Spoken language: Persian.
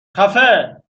خفه